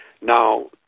Now